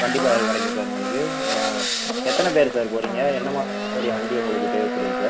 கண்டிப்பாக இது கிடைக்கும் சார் உங்களுக்கு அ எத்தனை பேர் சார் போகிறீங்க எந்த மாதிரி வண்டி தேவைப்படுது சார்